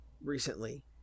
recently